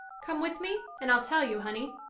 come with me and i'll tell you, honey.